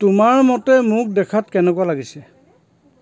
তোমাৰ মতে মোক দেখাত কেনেকুৱা লাগিছে